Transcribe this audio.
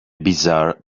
bizarre